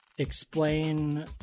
Explain